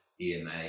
EMA